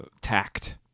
tact